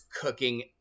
cooking